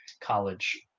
college